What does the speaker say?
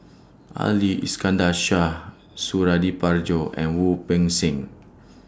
Ali Iskandar Shah Suradi Parjo and Wu Peng Seng